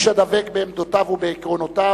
איש הדבק בעמדותיו ובעקרונותיו,